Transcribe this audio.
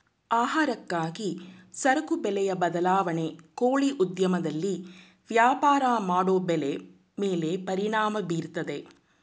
ಆಹಾರಕ್ಕಾಗಿ ಸರಕು ಬೆಲೆಯ ಬದಲಾವಣೆ ಕೋಳಿ ಉದ್ಯಮದಲ್ಲಿ ವ್ಯಾಪಾರ ಮಾಡೋ ಬೆಲೆ ಮೇಲೆ ಪರಿಣಾಮ ಬೀರ್ತದೆ